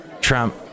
Trump